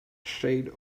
shade